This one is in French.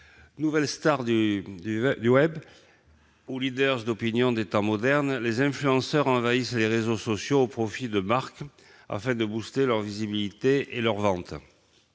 Nouvelles stars du web ou leaders d'opinion des temps modernes, les influenceurs envahissent les réseaux sociaux, au profit de marques qui cherchent à doper leur visibilité et leurs ventes.